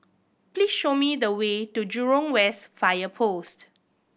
please show me the way to Jurong West Fire Post